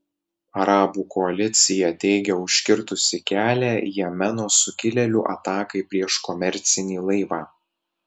arabų koalicija teigia užkirtusi kelią jemeno sukilėlių atakai prieš komercinį laivą